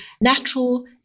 natural